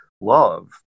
love